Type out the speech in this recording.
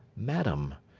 madam.